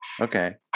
Okay